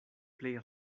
plej